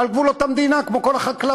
על גבולות המדינה, כמו כל החקלאות.